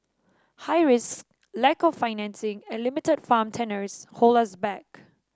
high risks lack of financing and limited farm tenures hold us back